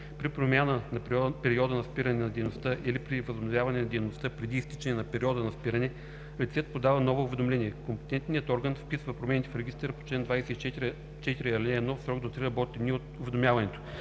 При промяна на периода на спиране на дейността или при възобновяване на дейността преди изтичане на периода на спиране, лицето подава ново уведомление. Компетентният орган вписва промените в регистъра по чл. 24, ал. 1 в срок до три работни дни от уведомяването.